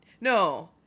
No